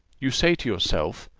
you say to yourself,